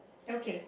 okay